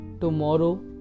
Tomorrow